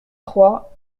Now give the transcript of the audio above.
trois